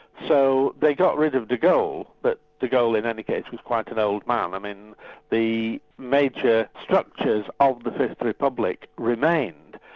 so they got rid of de gaulle but de gaulle in any case was quite an old man. i mean the major structures of the fifth republic remained.